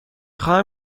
خواهم